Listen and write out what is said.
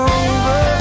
over